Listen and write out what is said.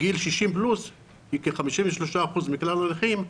גיל 60 פלוס מהווה כ-53% מכלל הנכים,